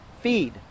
feed